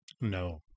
No